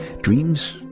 Dreams